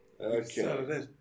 Okay